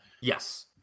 Yes